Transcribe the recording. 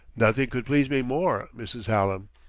nothing could please me more, mrs. hallam!